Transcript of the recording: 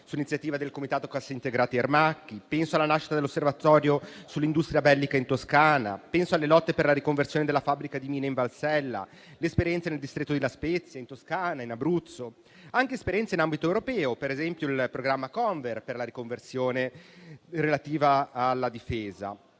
su iniziativa del Comitato cassaintegrati Aermacchi; alla nascita dell'Osservatorio sull'industria bellica in Toscana; alle lotte per la riconversione della fabbrica di mine in Valsella; alle esperienze nel distretto di La Spezia, in Toscana e in Abruzzo. Penso anche ad esperienze in ambito europeo, tra cui, ad esempio, il programma Conver per la riconversione relativa alla difesa.